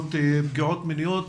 לרבות פגיעות מיניות,